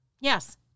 yes